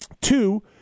Two